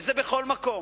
וזה בכל מקום.